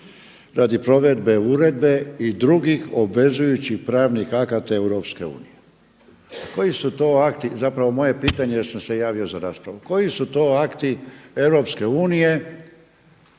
radi provedbe uredbe i drugih obvezujućih pravnih akata EU. Zapravo moje pitanje jer sam se javio za raspravu, koji su to akti EU